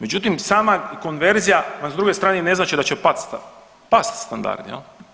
Međutim, sama konverzija vam s druge strane i ne znači da će past, past standard jel.